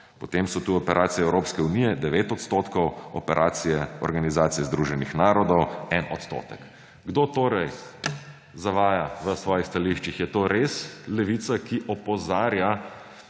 Potem so tu operacije Evropske unije 9 odstotkov, operacije Organizacije Združenih narodov en odstotek. Kdo torej zavaja v svojih stališčih? Je to res Levica, ki opozarja,